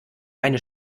eine